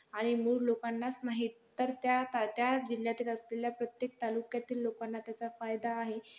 आणि मूळ लोकांनाच नाहीत तर त्या त्या जिल्ह्यातील असलेल्या प्रत्येक तालुक्यातील लोकांना त्याचा फायदा आहे